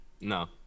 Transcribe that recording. No